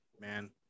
man